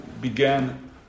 began